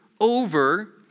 over